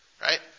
Right